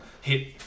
hit